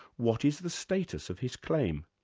what is the status of his claim?